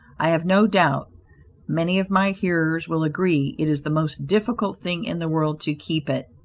i have no doubt many of my hearers will agree it is the most difficult thing in the world to keep it.